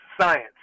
science